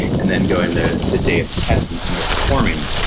and then go in the the day of the test and under performing.